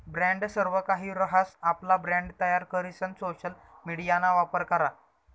brand सर्वकाहि रहास, आपला ब्रँड तयार करीसन सोशल मिडियाना वापर करा